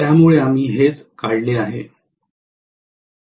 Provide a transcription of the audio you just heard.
त्यामुळे आम्ही हेच काढले आहे